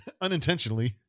unintentionally